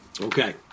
Okay